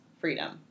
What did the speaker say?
freedom